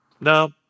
No